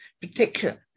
protection